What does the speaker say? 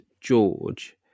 George